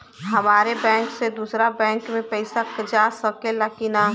हमारे बैंक से दूसरा बैंक में पैसा जा सकेला की ना?